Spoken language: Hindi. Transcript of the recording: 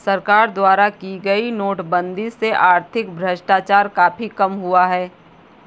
सरकार द्वारा की गई नोटबंदी से आर्थिक भ्रष्टाचार काफी कम हुआ है